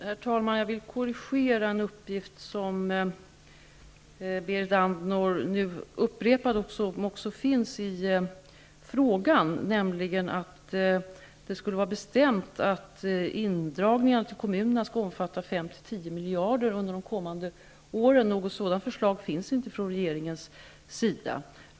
Herr talman! Jag vill korrigera en uppgift som finns i frågan och som Berit Andnor nu upprepade, nämligen att det skulle vara bestämt att indragningarna från kommunerna skall omfatta 5-- 10 miljarder under de kommande åren. Något sådant förslag finns inte från regeringens sida.